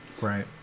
Right